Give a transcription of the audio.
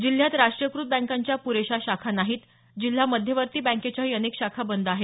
जिल्ह्यात राष्ट्रीयक्रत बँकांच्या प्रेशा शाखा नाहीत जिल्हा मध्यवर्ती बँकेच्याही अनेक शाखा बंद आहेत